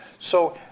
so,